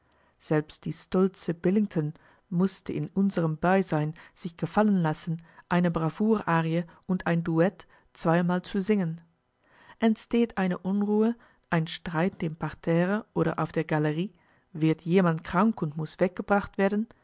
selbst die stolze billington mußte in unserem beisein sich gefallen lassen eine bravour-arie und ein duett zweimal zu singen entsteht eine unruhe ein streit im parterre oder auf der galerie wird jemand krank und muß weggebracht werden